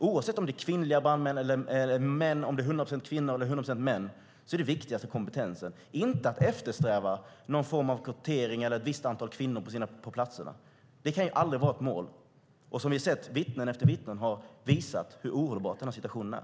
Oavsett om det är kvinnliga eller manliga brandmän, om det är 100 procent kvinnor eller 100 procent män, är det viktigaste kompetensen, inte att eftersträva någon form av kvotering eller ett visst antal kvinnor på platserna. Det kan aldrig vara ett mål. Och som vi har sett har vittnen efter vittnen visat hur ohållbar denna situation är.